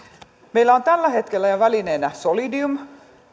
meillä on tällä hetkellä jo välineenä solidium